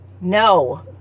no